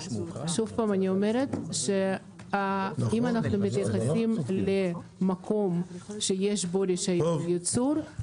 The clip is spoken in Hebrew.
שוב פעם אני אומרת שאם אנחנו מתייחסים למקום שיש בו רישיון ייצור,